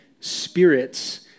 spirits